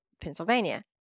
Pennsylvania